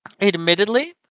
admittedly